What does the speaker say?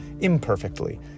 imperfectly